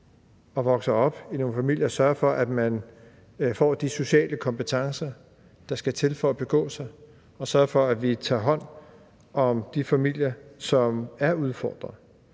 og vokser op i nogle familier, altså sørge for, at man får de sociale kompetencer, der skal til, for at begå sig, og sørge for, at vi tager hånd om de familier, som er udfordret.